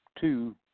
two